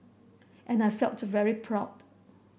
and I felt very proud